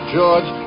George